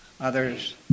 others